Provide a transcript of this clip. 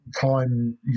time